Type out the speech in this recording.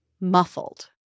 muffled